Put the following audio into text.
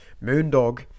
Moondog